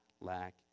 lack